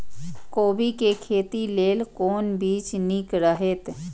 कोबी के खेती लेल कोन बीज निक रहैत?